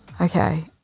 Okay